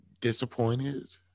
disappointed